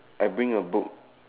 I bring a book